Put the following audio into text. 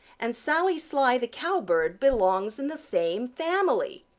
and sally sly the cowbird belongs in the same family.